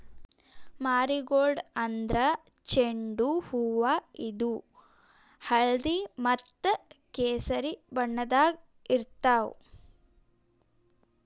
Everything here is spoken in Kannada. ಮಾರಿಗೋಲ್ಡ್ ಅಂದ್ರ ಚೆಂಡು ಹೂವಾ ಇದು ಹಳ್ದಿ ಮತ್ತ್ ಕೆಸರಿ ಬಣ್ಣದಾಗ್ ಇರ್ತವ್